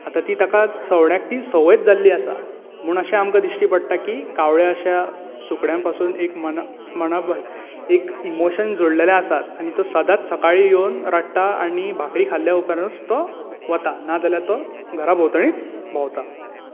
आता ती ताका सवण्याक ती संवयच जाल्ली आसा म्हूण अशें आमकां दिश्टी पडटा की कावळ्या अश्या सुकण्यां पासुन एक मन मन पळय एक इमोशन जोडलेले आसात आनी तो सदांच सकाळीं योवन रडटा आनी भाकरी खाल्ल्या उपरांतूच तो वता नाजाल्यार तो घरा भोंवतणीच भोंवता